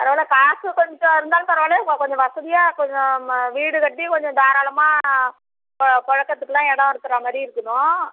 பரவாயில்லை காசு கொஞ்சம் இருந்தாலும் பரவாயில்லை கொஞ்சம் வசதியாக கொஞ்சம் நம்ம வீடு கட்டி கொஞ்சம் தாராளமாக புழக்கத்துக்கெல்லாம் எடம் இருக்கிற மாதிரி இருக்கணும்